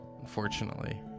unfortunately